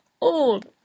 old